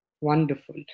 Wonderful